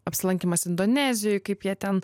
apsilankymas indonezijoj kaip jie ten